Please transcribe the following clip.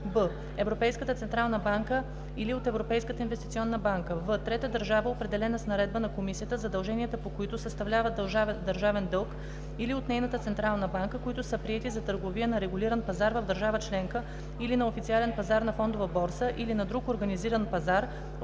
б) Европейската централна банка или от Европейската инвестиционна банка; в) трета държава, определена с наредба на комисията, задълженията по които съставляват държавен дълг, или от нейната централна банка, които са приети за търговия на регулиран пазар в държава членка или на официален пазар на фондова борса, или на друг организиран пазар